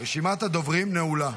רשימת הדוברים נעולה.